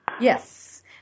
Yes